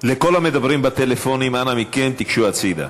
לכל המדברים בטלפונים, אנא מכם, תיגשו הצדה.